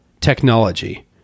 technology